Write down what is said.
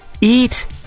eat